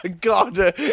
God